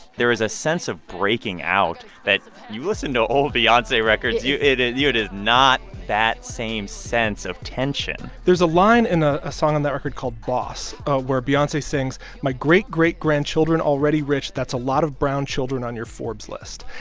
there is a sense of breaking out that you listen to old beyonce records, you it it is not that same sense of tension there's a line in a a song on that record called boss where beyonce sings, my great-great-grandchildren already rich. that's a lot of brown children on your forbes list.